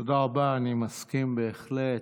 תודה רבה, אני מסכים בהחלט.